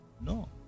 no